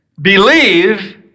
believe